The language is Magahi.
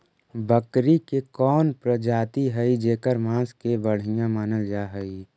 बकरी के कौन प्रजाति हई जेकर मांस के बढ़िया मानल जा हई?